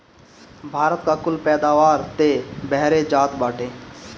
भारत का कुल पैदावार तअ बहरे जात बाटे